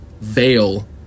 veil